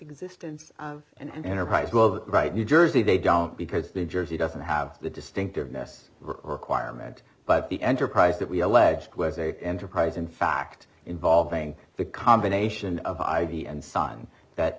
existence of and enterprise will write new jersey they don't because the jersey doesn't have the distinctiveness requirement but the enterprise that we alleged was a enterprise in fact involving the combination of ivy and sun that